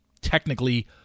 technically